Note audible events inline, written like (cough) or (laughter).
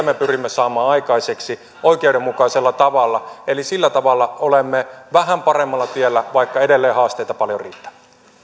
(unintelligible) me pyrimme saamaan aikaiseksi oikeudenmukaisella tavalla eli sillä tavalla olemme vähän paremmalla tiellä vaikka edelleen haasteita paljon riittää